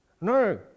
No